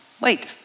Wait